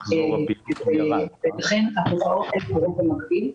לכן התופעות נחקרו במקביל.